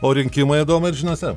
o rinkimai adomai ar žiniose